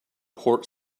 port